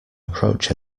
approach